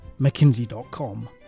mckinsey.com